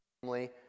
family